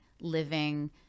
living